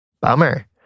Bummer